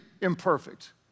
imperfect